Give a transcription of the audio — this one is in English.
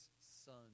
Son